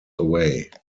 away